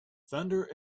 thunder